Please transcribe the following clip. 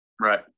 Right